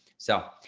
so.